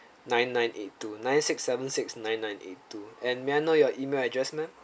nine nine eight two nine six seven six nine nine eight two and may I know your email address ma'am